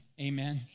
Amen